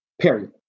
Period